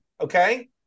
okay